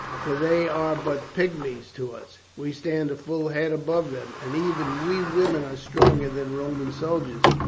for they are but pigmies to us. we stand a full head above them, and even we women are stronger than roman soldiers,